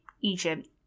Egypt